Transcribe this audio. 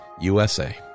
USA